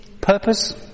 Purpose